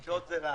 אז נחזור לזה.